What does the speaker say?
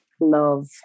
love